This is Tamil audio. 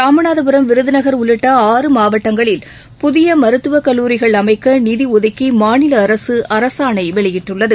ராமநாதபுரம் விருதுநகர் உள்ளிட்ட ஆறு மாவட்டங்களில் புதிய மருத்துவ கல்லூரிகள் அமைக்க நிதி ஒதுக்கி மாநில அரசு அரசாணை வெளியிட்டுள்ளது